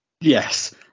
Yes